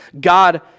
God